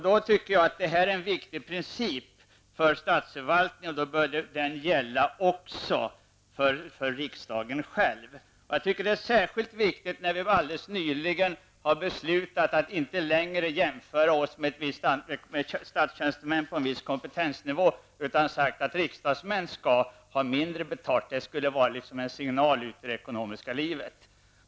Då tycker jag att det här är en viktig princip för statsförvaltningen och att den bör gälla också för riksdagen själv. Det är särskilt viktigt eftersom vi alldeles nyligen har beslutat att inte längre jämföra oss med statstjänstemän på en viss kompetensnivå och sagt att riksdagsmän skall ha mindre betalt. Det skulle vara en signal ut till det ekonomiska livet.